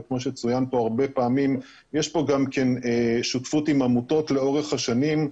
וכמו שצוין פה הרבה פעמים יש פה גם כן שותפות עם עמותות לאורך השנים,